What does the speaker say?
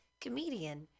comedian